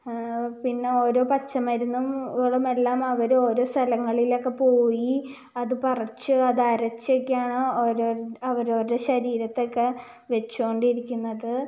പിന്നെ ഓരോ പച്ചമരുന്നും ഓരോന്ന് എല്ലാം അവർ ഓരോ സ്ഥലങ്ങളിലൊക്കെ പോയി അത് പറിച്ച് അത് അരച്ചൊക്കെയാണ് ഒരോരു അവർ അവരുടെ ശരീരത്തേക്ക് വച്ചു കൊണ്ടിരിക്കുന്നത്